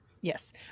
yes